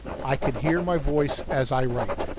i can hear my voice as i write.